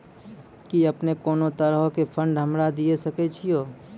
कि अपने कोनो तरहो के फंड हमरा दिये सकै छिये?